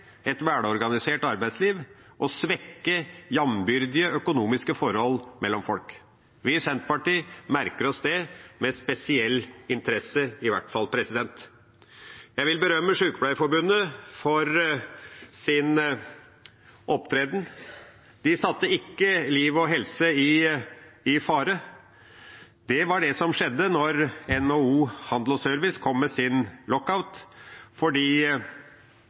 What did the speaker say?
et velorganisert arbeidsliv og svekke jambyrdige økonomiske forhold mellom folk. Vi i Senterpartiet merker oss det med spesiell interesse. Jeg vil berømme Sykepleierforbundet for deres opptreden. De satte ikke liv og helse i fare. Det skjedde da NHO Service og Handel kom med sin lockout. De sa det også direkte, at man måtte ha lockout fordi